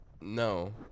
No